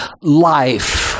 life